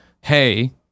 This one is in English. hey